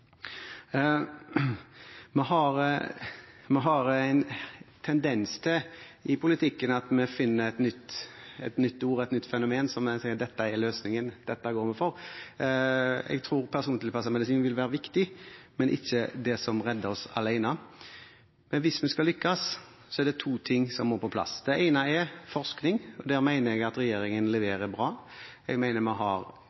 Vi har en tendens til i politikken å finne et nytt ord, et nytt fenomen, og sier: Dette er løsningen, dette går vi for. Jeg tror persontilpasset medisin vil være viktig, men ikke det alene som redder oss. Hvis vi skal lykkes, er det to ting som må på plass. Det ene er forskning, og der mener jeg at regjeringen